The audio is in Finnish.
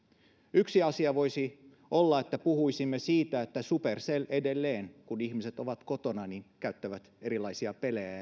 yksi asia voisi olla että puhuisimme siitä että supercell edelleen kun ihmiset ovat kotona niin he käyttävät erilaisia pelejä